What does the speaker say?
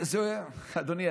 אדוני,